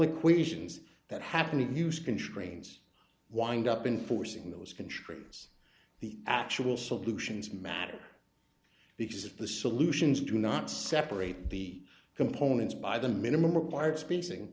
equations that happen in use constrains wind up in forcing those contributors the actual solutions matter because if the solutions do not separate the components by the minimum required spacing